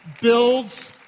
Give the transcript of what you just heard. builds